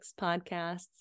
podcasts